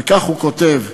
וכך הוא כותב: